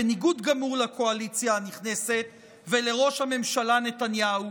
בניגוד גמור לקואליציה הנכנסת ולראש הממשלה נתניהו,